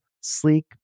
sleek